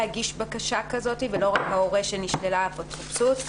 להגיש בקשה כזו ולא רק ההורה שנשללה האפוטרופסות.